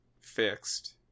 fixed